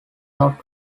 not